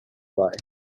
fly